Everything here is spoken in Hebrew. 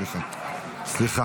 סליחה.